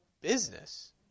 Business